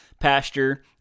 Pasture